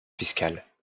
fiscales